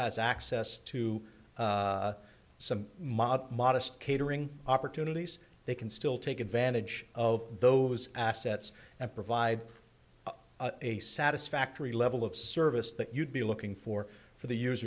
has access to some mob modest catering opportunities they can still take advantage of those assets and provide a satisfactory level of service that you'd be looking for for the use